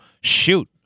Shoot